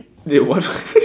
wait what